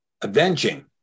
avenging